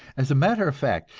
as a matter of fact,